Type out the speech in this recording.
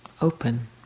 open